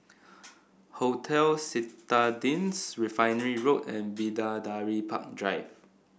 Hotel Citadines Refinery Road and Bidadari Park Drive